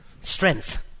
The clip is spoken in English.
strength